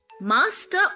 Master